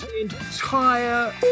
entire